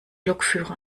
lokführer